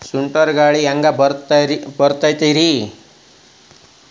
ಸುಂಟರ್ ಗಾಳಿ ಹ್ಯಾಂಗ್ ಬರ್ತೈತ್ರಿ?